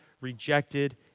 rejected